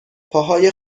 پاهای